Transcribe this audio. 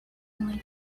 only